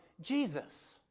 Jesus